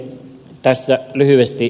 tässä lyhyesti